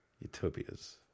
Utopias